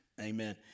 amen